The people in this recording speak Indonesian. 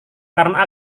karena